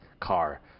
car